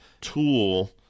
tool